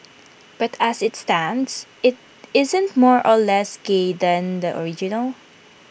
but as IT stands IT isn't more or less gay than the original